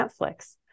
Netflix